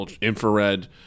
infrared